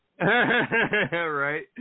Right